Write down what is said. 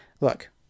look